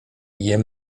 jem